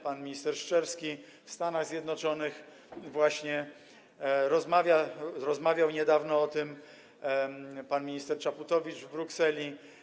Pan minister Szczerski w Stanach Zjednoczonych właśnie rozmawia; rozmawiał niedawno o tym pan minister Czaputowicz w Brukseli.